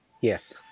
yes